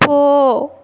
போ